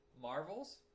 Marvels